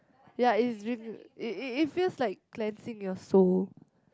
ya it's really it it it feels like cleansing your soul